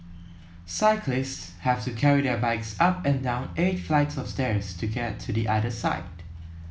cyclists have to carry their bikes up and down eight flights of stairs to get to the other side